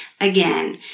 again